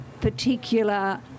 particular